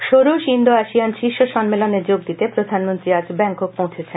ষোডশ Indo ASEAN শীর্ষ সম্মেলনে যোগ দিতে প্রধানমন্ত্রী আজ ব্যাঙ্কক পৌচ্ছলেন